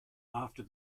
after